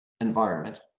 environment